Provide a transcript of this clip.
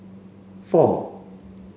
four